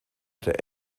der